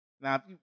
Now